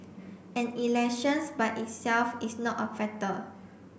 and elections by itself is not a factor